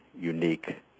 unique